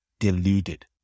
Deluded